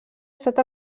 estat